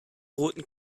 roten